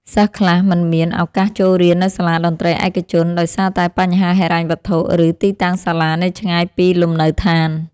សិស្សខ្លះមិនមានឱកាសចូលរៀននៅសាលាតន្ត្រីឯកជន ដោយសារតែបញ្ហាហិរញ្ញវត្ថុ ឬទីតាំងសាលានៅឆ្ងាយពីលំនៅដ្ឋាន។